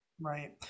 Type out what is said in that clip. right